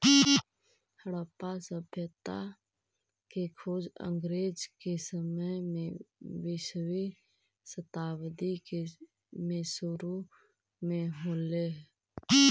हड़प्पा सभ्यता के खोज अंग्रेज के समय में बीसवीं शताब्दी के सुरु में हो ले